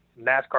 NASCAR